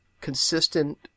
consistent